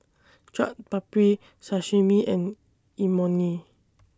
Chaat Papri Sashimi and Imoni